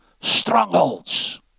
strongholds